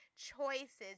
choices